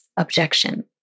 objection